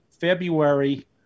February